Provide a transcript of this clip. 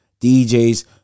DJs